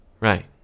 Right